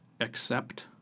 accept